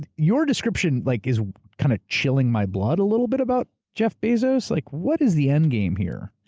your description like is kind of chilling my blood a little bit about jeff bezos. like what is the endgame here?